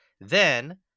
Then-